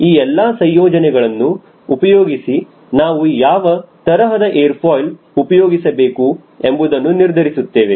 ಈ ಎಲ್ಲಾ ಸಂಯೋಜನೆಗಳನ್ನು ಉಪಯೋಗಿಸಿ ನಾವು ಯಾವ ತರಹದ ಏರ್ ಫಾಯ್ಲ್ ಉಪಯೋಗಿಸಬೇಕು ಎಂಬುದನ್ನು ನಿರ್ಧರಿಸುತ್ತೇವೆ